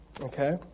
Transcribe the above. okay